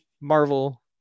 Marvel